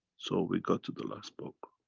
so we got to the last book.